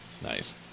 Nice